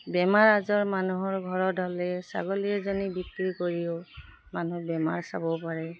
বেমাৰ আজৰ মানুহৰ ঘৰত হ'লে ছাগলী এজনী বিক্ৰী কৰিও মানুহ বেমাৰ চাব পাৰে